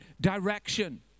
direction